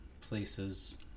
places